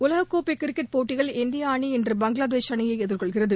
உலக கோப்பை கிரிக்கெட் போட்டியில் இந்திய அணி இன்று பங்களாதேஷ் அணியை எதிர்கொள்கிறது